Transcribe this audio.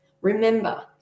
Remember